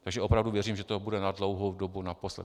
Takže opravdu věřím, že to bude na dlouhou dobu naposled.